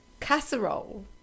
casserole